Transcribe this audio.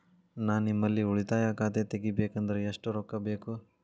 ನಾ ನಿಮ್ಮಲ್ಲಿ ಉಳಿತಾಯ ಖಾತೆ ತೆಗಿಬೇಕಂದ್ರ ಎಷ್ಟು ರೊಕ್ಕ ಬೇಕು?